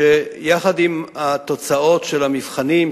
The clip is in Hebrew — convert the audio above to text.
שיחד עם התוצאות של המבחנים,